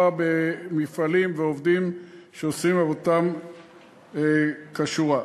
במפעלים ובעובדים שעושים עבודתם כשורה.